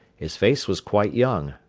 his face was quite young,